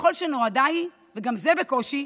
וכל ייעודה הוא, וגם זה בקושי,